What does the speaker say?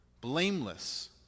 blameless